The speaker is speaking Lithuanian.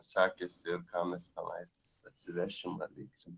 sekėsi ir ką mes tenais atsivešim ar veiksim